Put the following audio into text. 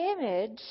image